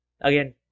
Again